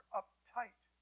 uptight